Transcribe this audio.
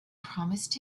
promised